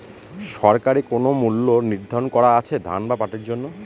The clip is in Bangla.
সরকারি কোন মূল্য নিধারন করা আছে ধান বা পাটের জন্য?